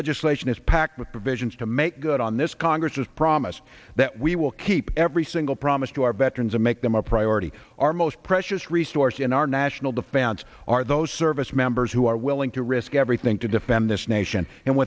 legislation is packed with provisions to make good on this congress has promise that we will keep every single promise to our veterans and make them a priority our most precious resource in our national defense are those service members who are willing to risk everything to defend this nation and